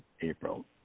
April